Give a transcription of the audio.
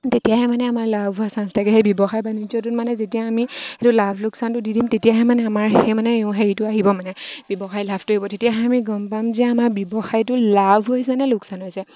তেতিয়াহে মানে আমাৰ লাভ হোৱা চাঞ্চ থাকে সেই ব্যৱসায় বাণিজ্যটোত মানে যেতিয়া আমি সেইটো লাভ লোকচানটো দি দিম তেতিয়াহে মানে আমাৰ সেই মানে হেৰিটো আহিব মানে ব্যৱসায় লাভটো আহিব তেতিয়াহে আমি গম পাম যে আমাৰ ব্যৱসায়টো লাভ হৈছে নে লোকচান হৈছে